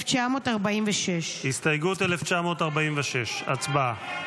1946. הסתייגות 1946, הצבעה.